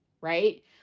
right